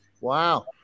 Wow